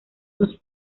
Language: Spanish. sus